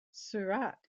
surat